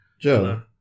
joe